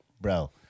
bro